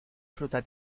fruta